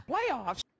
Playoffs